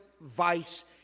vice